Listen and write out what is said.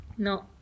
No